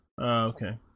Okay